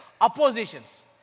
oppositions